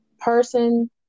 person